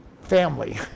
family